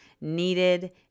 needed